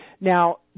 Now